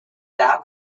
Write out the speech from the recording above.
that